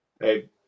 Hey